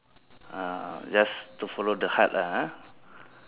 uh just to follow the heart lah ah